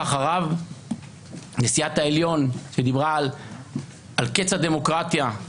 אחריו נשיאת העליון שדיברה על קץ הדמוקרטיה,